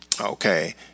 Okay